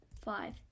five